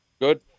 Good